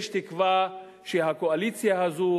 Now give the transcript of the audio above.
יש תקווה שהקואליציה הזאת,